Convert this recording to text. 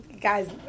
Guys